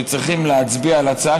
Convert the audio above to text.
שצריכים להצביע על ההצעה,